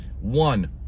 One